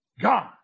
God